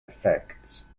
effects